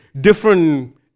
different